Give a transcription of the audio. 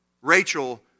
Rachel